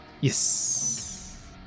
Yes